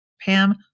Pam